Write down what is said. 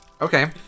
Okay